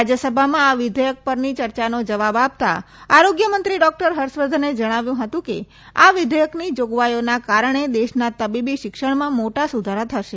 રાજ્યસભામાં આ વિધેયક પરની યર્ચાનો જવાબ આપતા આરોગ્યમંત્રી ડોક્ટર હર્ષવર્ધને જણાવ્યું હતું કે આ વિધેથકની જાગવાઈઓના કારણે દેશના તબીબી શિક્ષણમાં મોટા સુધારા થશે